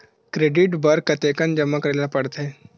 Credit बर कतेकन जमा करे ल पड़थे?